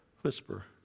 whisper